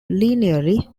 linearly